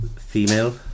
female